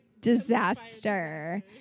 disaster